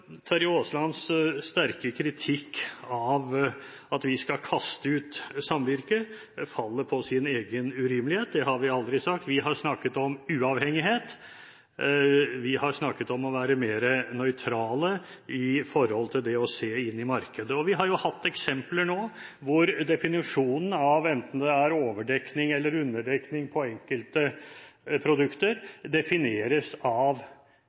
Terje Aaslands sterke kritikk av at vi skal kaste ut samvirket, faller på sin egen urimelighet. Det har vi aldri sagt. Vi har snakket om uavhengighet. Vi har snakket om å være mer nøytrale når det gjelder å se inn i markedet. Vi har sett eksempler på at definisjonen av enten overdekning eller underdekning av enkelte produkter, gis av